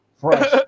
Fresh